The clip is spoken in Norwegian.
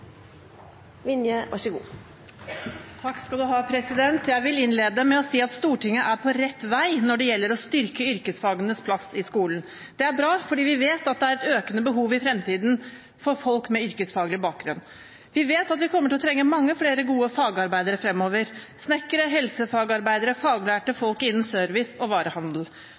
på rett vei når det gjelder å styrke yrkesfagenes plass i skolen. Det er bra, fordi vi vet at det er et økende behov i fremtiden for folk med yrkesfaglig bakgrunn. Vi vet at vi kommer til å trenge mange flere gode fagarbeidere fremover: snekkere, helsefagarbeidere og faglærte